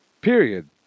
period